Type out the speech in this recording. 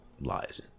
lies